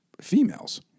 females